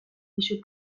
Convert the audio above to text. pisu